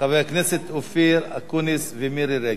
חברי הכנסת אופיר אקוניס ומירי רגב,